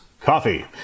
coffee